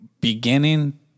beginning